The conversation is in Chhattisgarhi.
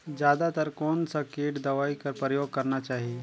जादा तर कोन स किट दवाई कर प्रयोग करना चाही?